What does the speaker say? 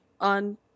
on